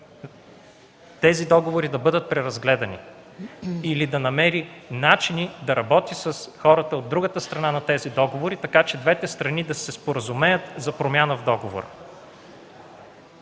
тези договори да бъдат преразгледани или да намери начини да работи с хората от другата страна на тези договори, така че двете страни да се споразумеят за промяна в договора.